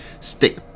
stick